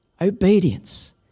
obedience